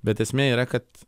bet esmė yra kad